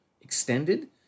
extended